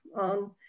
on